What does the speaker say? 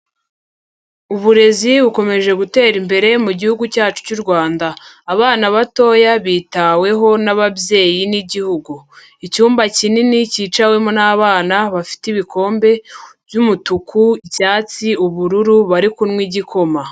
Uburezi bukomeje gutera imbere gihugu cyacu cy'u Rwanda. Abana batoya bitaweho n'ababyeyi n'Igihugu, icyumba kinini cyicawemo n'abana bafite ibikombe by'umutuku, icyatsi, ubururu, bari kunywa igikoma.